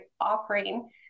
offering